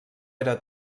era